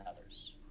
others